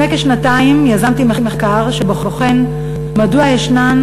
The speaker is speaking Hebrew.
לפני כשנתיים יזמתי מחקר שבוחן מדוע ישנן